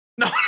No